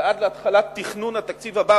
ועד התחלת תכנון התקציב הבא,